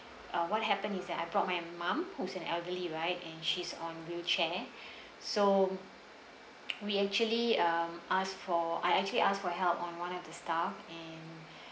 uh what happened is that from my mum who's an elderly right and she's on wheelchair so we actually um ask for I actually ask for help on one of the staff and